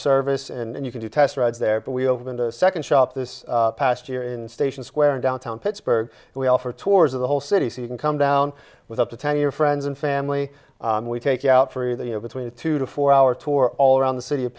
service and you can do test rides there but we opened a second shop this past year in station square in downtown pittsburgh and we offer tours of the whole city so you can come down with up to ten your friends and family we take you out for that you know between two to four hour tour all around the city of